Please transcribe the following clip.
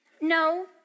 no